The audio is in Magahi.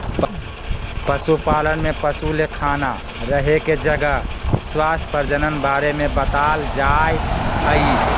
पशुपालन में पशु ले खाना रहे के जगह स्वास्थ्य प्रजनन बारे में बताल जाय हइ